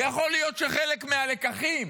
ויכול להיות שחלק מהלקחים